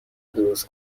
درست